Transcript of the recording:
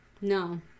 No